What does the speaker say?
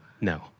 No